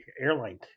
airline